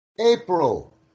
April